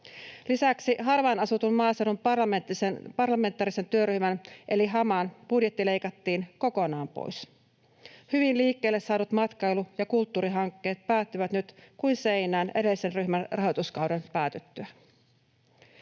Lisäksi harvaan asutun maaseudun parlamentaarisen työryhmän eli HAMAn budjetti leikattiin kokonaan pois. Hyvin liikkeelle saadut matkailu‑ ja kulttuurihankkeet päättyvät nyt kuin seinään edellisen ryhmän rahoituskauden päätyttyä.